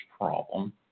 problem